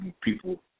people